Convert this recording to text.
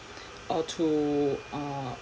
or to uh